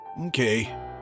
Okay